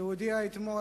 שהודיע אתמול